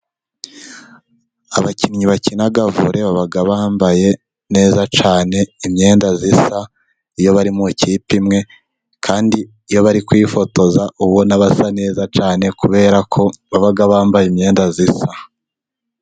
Abakinnyi bakina vole baba bambaye neza cyane imyenda isa . Iyo bari mu ikipe imwe ,kandi iyo bari kwifotoza ubona basa neza cyane, kubera ko baba bambaye imyenda isa.